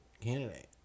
candidate